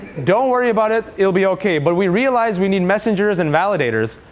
don't worry about it. it'll be ok. but we realized we need messengers and validators.